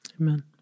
Amen